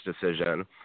decision